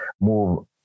move